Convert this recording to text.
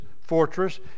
fortress